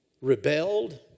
Rebelled